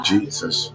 Jesus